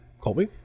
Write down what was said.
colby